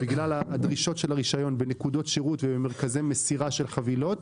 בגלל הדרישות של הרישיון בנקודות שירות ובמרכזי מסירה של חבילות.